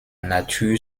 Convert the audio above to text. nature